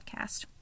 podcast